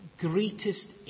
greatest